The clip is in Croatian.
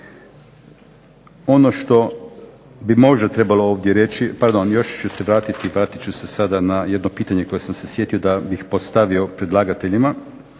Ono što bi možda ovdje trebalo reći. Pardon, još ću se vratiti, vratit ću se sada na jedno pitanje koje sam se sjetio da bih postavio predlagateljima.